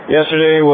Yesterday